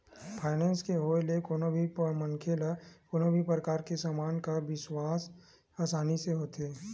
finance के होय ले कोनो भी मनखे ल कोनो भी परकार के समान के बिसावत म आसानी होथे